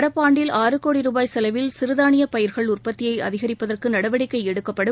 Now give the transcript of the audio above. நடப்பு ஆண்டில் ஆறு கோடி ரூபாய் செலவில் சிறு தானிய பயிர்கள் உற்பத்தியை அதிகரிப்பதற்கு நடவடிக்கை எடுக்கப்படும்